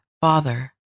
Father